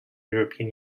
european